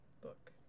book